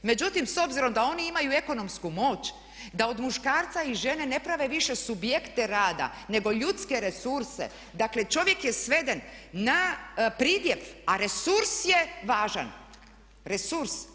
Međutim, s obzirom da oni imaju ekonomsku moć da od muškarca i žene ne prave više subjekte rada nego ljudske resurse, dakle čovjek je sveden na pridjev a resurs je važan, resurs.